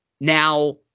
now